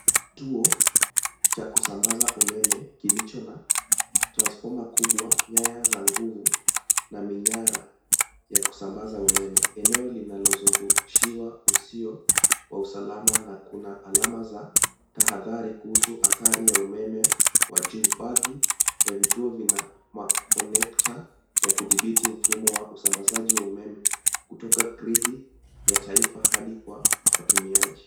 Kituo cha kusambaza umeme kilicho na transfoma kubwa, nyaya za nguvu na minyara ya kusambaza umeme. Eneo linalozungushiwa uzio wa usalama na kuna alama za tahadhari kuhusu hatari ya umeme wa juu. Baadhi ya vituo vina makonekta vya kudhibiti mfumo wa usambazaji wa umeme kutoka gridi ya taifa hadi kwa watumiaji.